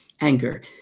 anger